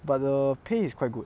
but the pay is quite good